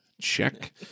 check